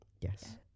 Yes